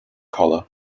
collar